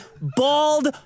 bald